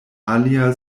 alia